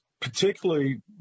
particularly